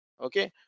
okay